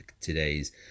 today's